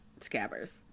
scabbers